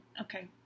Okay